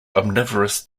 omnivorous